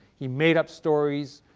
he made up stories,